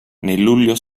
luglio